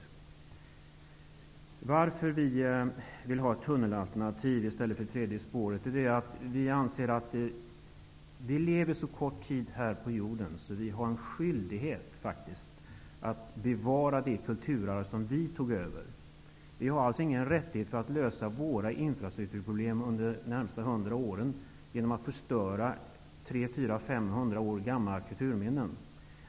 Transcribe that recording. Anledningen till att vi väljer tunnelalternativet i stället för det tredje spåret är att vi -- vi människor lever ju en mycket kort tid här på jorden -- faktiskt har en skyldighet att bevara det kulturarv som vi tagit över. Vi har alltså ingen rätt att, för att lösa våra infrastrukturproblem under de närmaste åren, förstöra 300--500 år gamla kulturminnen.